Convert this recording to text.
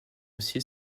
aussi